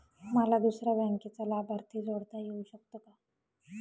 मला दुसऱ्या बँकेचा लाभार्थी जोडता येऊ शकतो का?